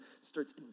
starts